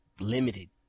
limited